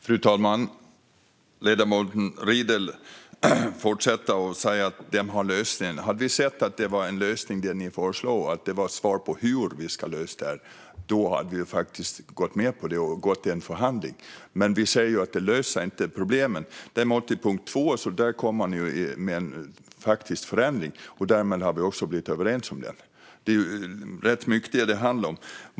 Fru talman! Ledamoten Riedl fortsätter att säga att Moderaterna har lösningen. Hade vi sett att det Moderaterna föreslår var en lösning och ett svar på hur detta ska lösas hade vi faktiskt gått med på det och gått in i en förhandling, men vi ser att detta inte löser problemen. På punkt 2 kom man däremot faktiskt med en förändring, och därmed har vi också blivit överens där. Det handlar ju rätt mycket om detta.